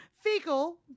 Fecal